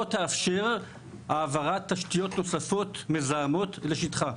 תאפשר העברת תשתיות נוספות מזהמות לשטחה.